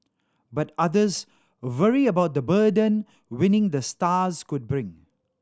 but others worry about the burden winning the stars could bring